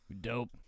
Dope